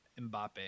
Mbappe